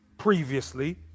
previously